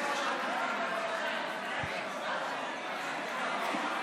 עונה לנו.